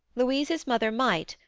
louise's mother might,